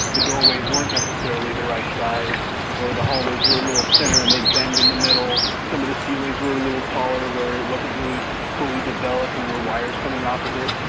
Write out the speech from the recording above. the doorways weren't necessarily the right size or the hallways were a little thinner and they'd bend in the middle. some of the ceilings were a little taller where it wasn't really fully developed, and there were wires coming off of it.